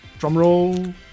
Drumroll